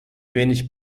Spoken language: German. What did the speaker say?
wenig